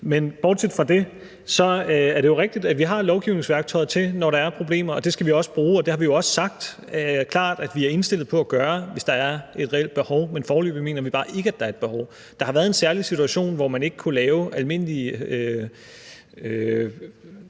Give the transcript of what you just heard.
Men bortset fra det, er det jo rigtigt, at vi har lovgivningsværktøjet, når der er problemer, og det skal vi også bruge. Det har vi jo også sagt klart at vi er indstillet på at gøre, hvis der er et reelt behov, men foreløbig mener vi bare ikke at der er et behov. Der har været en særlig situation, hvor man ikke har kunnet lave almindelige